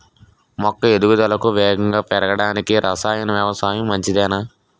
మొక్క ఎదుగుదలకు వేగంగా పెరగడానికి, రసాయన వ్యవసాయం మంచిదేనా?